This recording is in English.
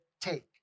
take